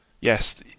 Yes